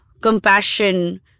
compassion